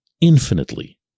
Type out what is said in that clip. infinitely